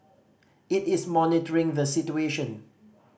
it is monitoring the situation